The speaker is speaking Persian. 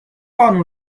قانون